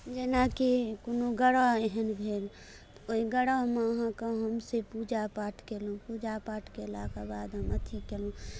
जेनाकि कोनो ग्रह एहन भेल ओहि ग्रहमे अहाँकेँ हम से पूजा पाठ कयलहुँ पूजा पाठ कयलाक बाद हम अथी कयलहुँ